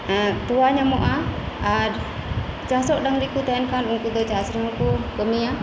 ᱛᱚᱣᱟ ᱧᱟᱢᱚᱜᱼᱟ ᱟᱨ ᱪᱟᱥᱚᱜ ᱰᱟᱹᱝᱨᱤᱠᱩ ᱛᱟᱦᱮᱱ ᱠᱷᱟᱱ ᱩᱱᱠᱩᱫᱚ ᱪᱟᱥ ᱨᱮᱦᱚᱸ ᱠᱩ ᱠᱟᱹᱢᱤᱭᱟ